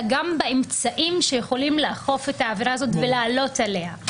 אלא גם באמצעים שיכולים לאכוף את העבירה הזאת ולעלות עליה.